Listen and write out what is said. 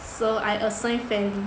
so I assign fairly